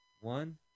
one